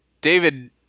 David